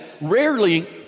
rarely